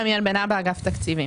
אני מאגף התקציבים.